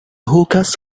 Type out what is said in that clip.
hookahs